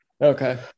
Okay